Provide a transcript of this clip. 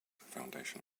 foundation